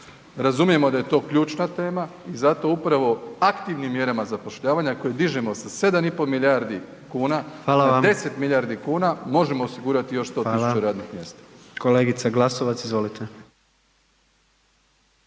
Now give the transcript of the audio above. Razumijemo da je to ključna tema i zato upravo aktivnim mjerama zapošljavanja koji dižemo sa 7,5 milijardi kuna na .../Upadica: Hvala vam./... 10 milijardi kuna možemo osigurati još 100 tisuća radnih